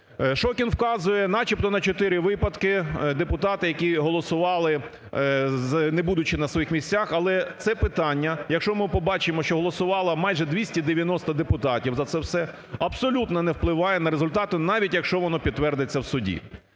Шокін вказує начебто на чотири випадки депутатів, які голосували, не будучи на своїх місцях. Але це питання, якщо ми побачимо, що голосувало майже 290 депутатів за це все, абсолютно не впливає на результати навіть, якщо воно підтвердиться в суді.